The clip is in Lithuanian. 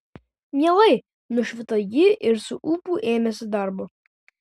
mielai nušvito ji ir su ūpu ėmėsi darbo